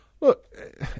Look